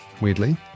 Weirdly